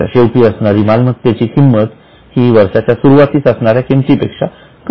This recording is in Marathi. वर्षाच्या शेवटी असणारी मालमत्तेची किंमत हि वर्षाच्या सुरवातीस असणाऱ्या किमतीपेक्षा कमी असते